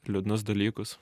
liūdnus dalykus